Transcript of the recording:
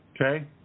okay